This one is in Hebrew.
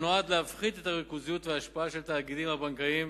שנועד להפחית את הריכוזיות וההשפעה של התאגידים הבנקאיים